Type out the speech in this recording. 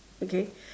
okay